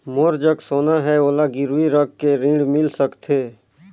मोर जग सोना है ओला गिरवी रख के ऋण मिल सकथे?